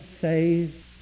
saved